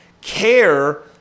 Care